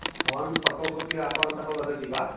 भवान् फ़ोटोग्रफ़ि आपणतः वदति वा